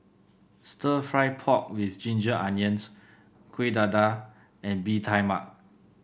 stir fry pork with Ginger Onions Kuih Dadar and Bee Tai Mak